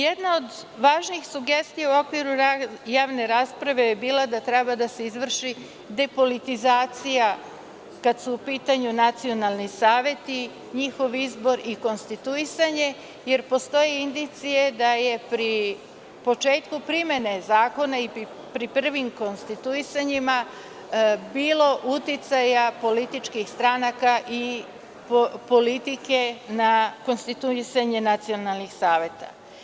Jedna od važnih sugestija u okviru javne rasprave je bila da treba da se izvrši depolitizacija kada su upitanju nacionalni saveti, njihov izbor i konstituisanje, jer postoje indicije da je pri početku primene zakona i pri prvim konstituisanjima bilo uticaja političkih stranaka i politike na konstituisanje nacionalnih saveta.